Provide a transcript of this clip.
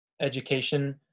education